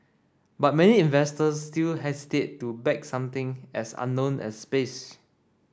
but many investors still hesitate to back something as unknown as space